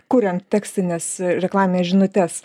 kuriant tekstines reklamines žinutes